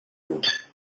blut